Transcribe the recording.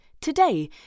today